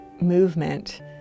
movement